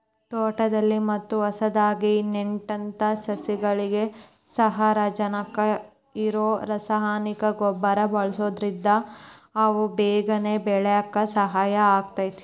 ತೋಟದಲ್ಲಿ ಮತ್ತ ಹೊಸದಾಗಿ ನೆಟ್ಟಂತ ಸಸಿಗಳಿಗೆ ಸಾರಜನಕ ಇರೋ ರಾಸಾಯನಿಕ ಗೊಬ್ಬರ ಬಳ್ಸೋದ್ರಿಂದ ಅವು ಬೇಗನೆ ಬೆಳ್ಯಾಕ ಸಹಾಯ ಆಗ್ತೇತಿ